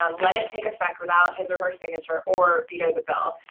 um let it take effect without his or her signature, or veto the bill.